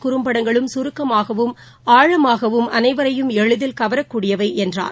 குறும்படங்களும் கருக்கமாகவும் ஆழகமாகவும் அனைவரையும் எளிதில் கவரக்கூடியவை என்றார்